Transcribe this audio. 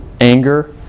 Anger